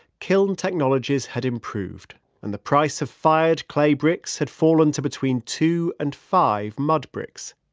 kiln technologies had improved and the price of fired clay bricks had fallen to between two and five mud bricks.